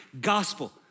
gospel